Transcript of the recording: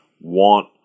want